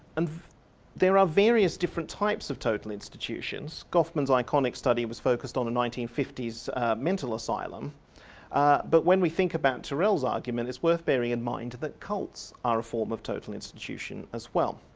and there are various different types of total institutions. goffman's iconic study was focused on a nineteen fifty s mental asylum but when we think about tyrrell's argument it's worth bearing in mind that cults are a form of total institution as well.